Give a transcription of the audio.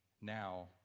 now